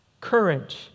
courage